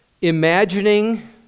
Imagining